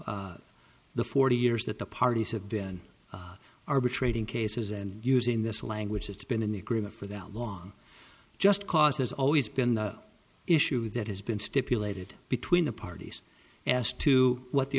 the forty years that the parties have been arbitrating cases and using this language it's been in the agreement for that long just cause there's always been the issue that has been stipulated between the parties as to what the